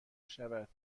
شود